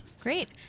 Great